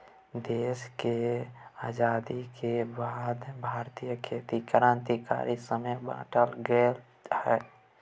देश केर आजादी के बाद भारतीय खेती क्रांतिकारी समय बाटे गेलइ हँ